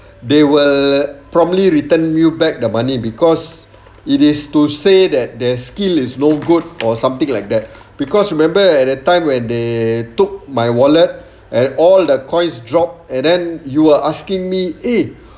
they will probably return you back the money because it is to say that their skill is no good or something like that because remember at a time when they took my wallet and all the coins drop and then you are asking me eh